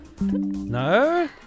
No